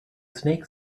snake